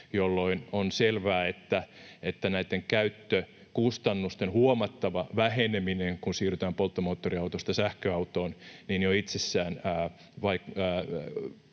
jolloin on selvää, että näitten käyttökustannusten huomattava väheneminen, kun siirrytään polttomoottoriautosta sähköautoon, jo itsessään